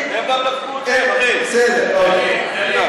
הם דפקו גם אתכם, אני אומר,